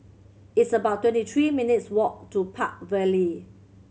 it's about twenty three minutes' walk to Park Vale